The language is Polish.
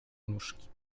nóżki